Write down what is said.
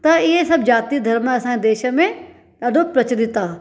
त इहे सभु जातियूं धर्म असांजे देश में ॾाढो प्रचलित आहे